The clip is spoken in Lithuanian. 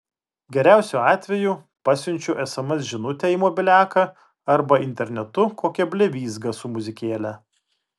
geriausiu atveju pasiunčiu sms žinutę į mobiliaką arba internetu kokią blevyzgą su muzikėle